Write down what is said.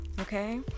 okay